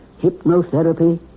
hypnotherapy